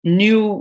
new